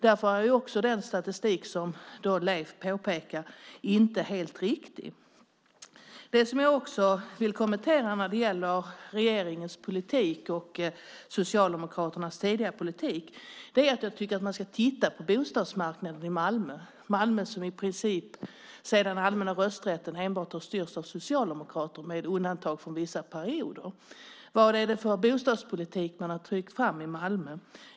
Därför är den statistik som Leif hänvisar till inte helt korrekt. Jag vill också kommentera den tidigare regeringens och Socialdemokraternas politik. Jag tycker nämligen att man ska titta på bostadsmarknaden i Malmö som sedan införandet av den allmänna rösträtten, med undantag av vissa perioder, i princip styrts enbart av Socialdemokraterna. Vad är det för bostadspolitik man tryckt fram i Malmö?